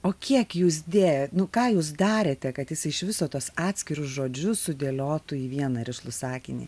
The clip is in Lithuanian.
o kiek jūs dėjot nu ką jūs darėte kad jis iš viso tuos atskirus žodžius sudėliotų į vieną rišlų sakinį